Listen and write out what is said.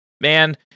man